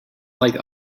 like